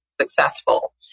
successful